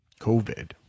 COVID